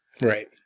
right